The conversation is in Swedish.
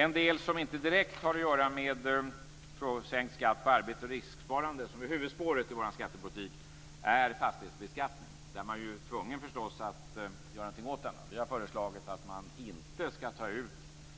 En del som inte direkt har att göra med sänkt skatt på arbete och risksparande, som är huvudspåret i vår skattepolitik, är fastighetsbeskattningen, som man är tvungen att göra någonting åt. Vi har föreslagit att man inte ska ta ut